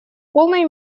полной